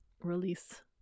release